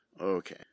Okay